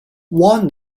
one